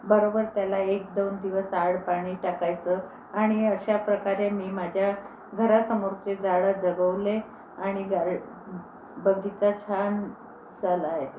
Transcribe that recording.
बरोबर त्याला एकदोन दिवस आड पाणी टाकायचं आणि अशाप्रकारे मी माझ्या घरासमोरचे झाडं जगवले आणि गार बगीचा छान झाला आहे